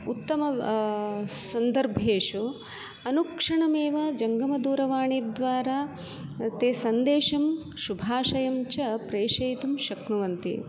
उत्तम सन्दर्भेषु अनुक्षणमेव जङ्गमदूरवाणिद्वारा ते सन्देशं शुभाशयं च प्रेषयितुं शक्नुवन्ति